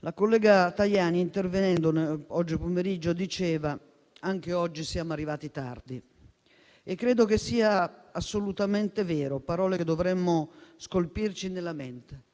La collega Tajani, intervenendo oggi pomeriggio, diceva che anche oggi siamo arrivati tardi. Credo sia assolutamente vero: parole che dovremmo scolpirci nella mente.